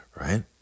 right